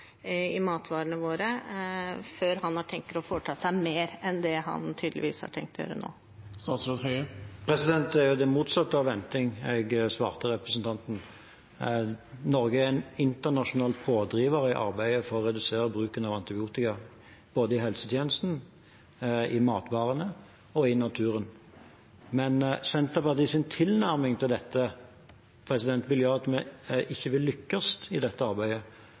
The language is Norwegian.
i matvarene våre før han har tenkt å foreta seg mer enn det han tydeligvis har tenkt å gjøre nå? Det er jo det motsatte av venting, det jeg svarte representanten. Norge er en internasjonal pådriver i arbeidet for å redusere bruken av antibiotika både i helsetjenesten, i matvarene og i naturen. Men Senterpartiets tilnærming til dette vil gjøre at vi ikke vil lykkes i dette arbeidet,